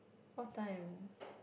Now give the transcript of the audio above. what time